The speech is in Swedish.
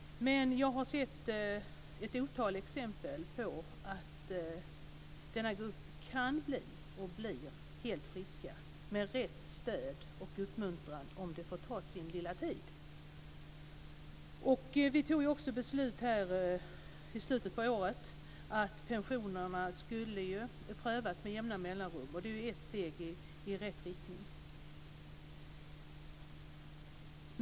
Men jag har sett ett otal exempel på att denna grupp kan bli och blir helt frisk med rätt stöd och uppmuntran om det får ta sin lilla tid. Vi fattade beslut här i riksdagen i slutet av förra året om att pensionerna skulle prövas med jämna mellanrum, och det är ju ett steg i rätt riktning.